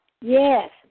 Yes